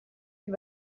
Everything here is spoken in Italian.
più